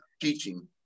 teaching